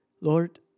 Lord